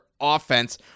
offense